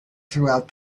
throughout